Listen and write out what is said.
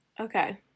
Okay